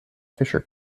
fisher